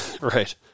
right